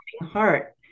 heart